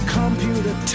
computer